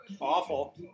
Awful